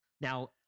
now